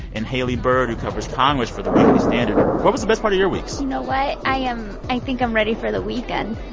and haley byrd, who covers congress for the weekly standard. what was the best part of your weeks? you know what? i am i think i'm ready for the weekend.